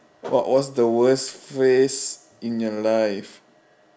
what was the worst phase in your life